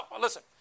listen